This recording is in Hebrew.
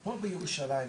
פה בירושלים דווקא,